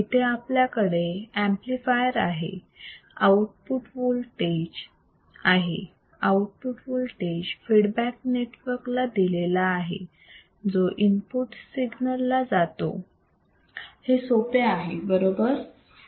इथे आपल्याकडे ऍम्प्लिफायर आहे आउटपुट वोल्टेज आहे आउटपुट वोल्टेज फीडबॅक नेटवर्क ला दिलेला आहे जो इनपुट सिग्नल ला जातो हे सोपे आहे बरोबर